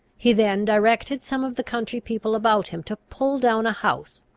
he then directed some of the country people about him to pull down a house,